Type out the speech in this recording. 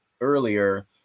earlier